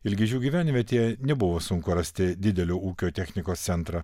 ilgižių gyvenvietėje nebuvo sunku rasti didelio ūkio technikos centrą